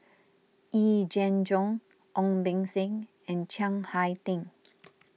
Yee Jenn Jong Ong Beng Seng and Chiang Hai Ding